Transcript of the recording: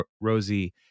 Rosie